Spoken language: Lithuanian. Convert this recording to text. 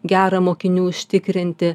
gerą mokinių užtikrinti